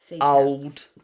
old